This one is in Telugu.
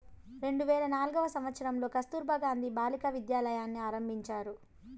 రెండు వేల నాల్గవ సంవచ్చరంలో కస్తుర్బా గాంధీ బాలికా విద్యాలయని ఆరంభించారు